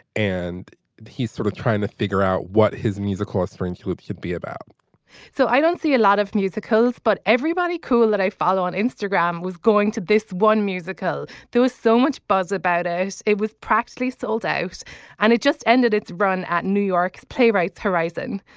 and he's sort of trying to figure out what his music course fringe group should be about so i don't see a lot of musicals but everybody cool that i follow on instagram was going to this one musical. there was so much buzz about us it was practically sold out and it just ended its run at new york's playwrights horizon.